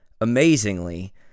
Amazingly